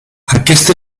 aquest